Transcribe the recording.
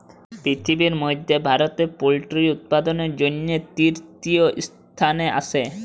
পিরথিবির ম্যধে ভারত পোলটিরি উৎপাদনের জ্যনহে তীরতীয় ইসথানে আসে